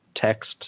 text